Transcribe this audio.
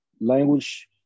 Language